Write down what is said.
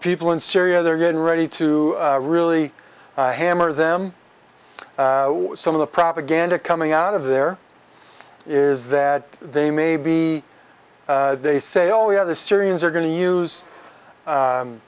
people in syria they're getting ready to really hammer them some of the propaganda coming out of there is that they may be they say oh yeah the syrians are going to use